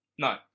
no